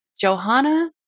Johanna